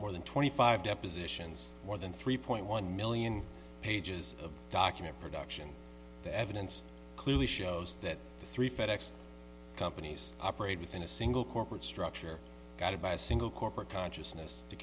more than twenty five depositions more than three point one million pages of document production the evidence clearly shows that the three fed ex companies operate within a single corporate structure guided by a single corporate consciousness to